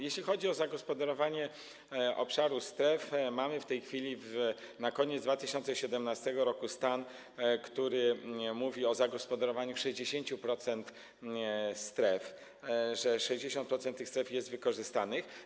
Jeśli chodzi o zagospodarowanie obszaru stref, mamy w tej chwili, na koniec 2017 r., dane, które mówią o zagospodarowaniu ich w 60%, o tym, że 60% tych stref jest wykorzystanych.